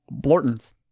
Blortons